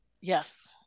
Yes